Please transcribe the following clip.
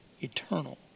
eternal